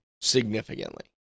significantly